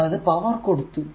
അതായതു പവർ കൊടുത്തു